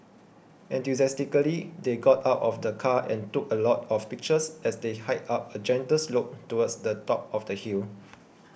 enthusiastically they got out of the car and took a lot of pictures as they hiked up a gentle slope towards the top of the hill